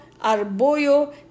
Arboyo